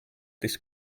this